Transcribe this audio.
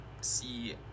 see